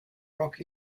rock